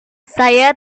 saya